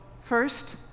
first